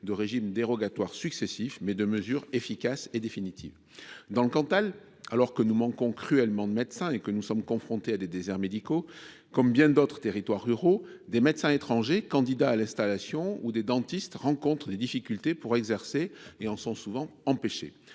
de régimes dérogatoires successifs : il faut des mesures efficaces et définitives. Dans le Cantal, alors que nous manquons cruellement de médecins et que nous sommes confrontés à des déserts médicaux, comme bien d’autres territoires ruraux, des médecins ou des dentistes étrangers candidats à l’installation rencontrent des difficultés pour exercer et en sont souvent empêchés.